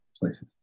places